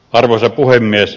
arvoisa puhemies